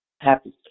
Happy